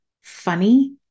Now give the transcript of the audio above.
funny